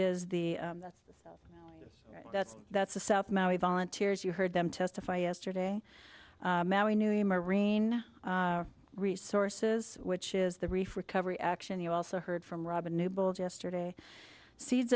is the that's that's that's the south maui volunteers you heard them testify yesterday that we knew a marine resources which is the reef recovery action you also heard from robin newbold yesterday seeds